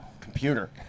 computer